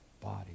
body